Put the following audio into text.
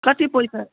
कति पैसा